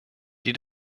die